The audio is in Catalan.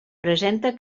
presenta